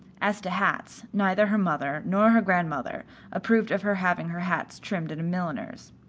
as to hats, neither her mother nor her grandmother approved of her having her hats trimmed at a milliner's.